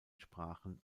sprachen